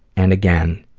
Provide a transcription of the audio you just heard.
and again.